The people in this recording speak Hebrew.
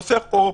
עושה אחורה פנה.